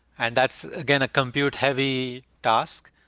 and that's, again, a computer-heavy task.